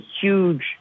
huge